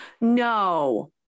No